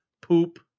Poop